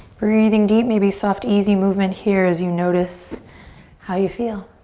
breathing deep. maybe soft, easy movement here as you notice how you feel.